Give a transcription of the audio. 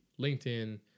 LinkedIn